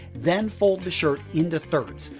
then fold the shirt into thirds,